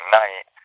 night